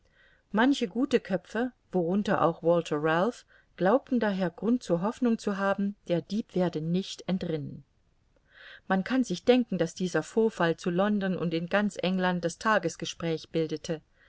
manche gute köpfe worunter auch walther ralph glaubten daher grund zur hoffnung zu haben der dieb werde nicht entrinnen man kann sich denken daß dieser vorfall zu london und in ganz england das tagesgespräch bildete